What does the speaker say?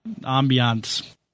ambiance